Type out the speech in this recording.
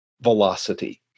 velocity